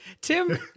Tim